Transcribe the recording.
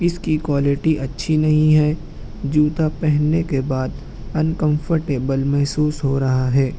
اِس کی کوالیٹی اچھی نہیں ہے جوتا پہننے کے بعد اَنکمفرٹیبل محسوس ہو رہا ہے